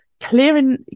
Clearing